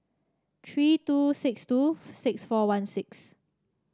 three two six two six four one six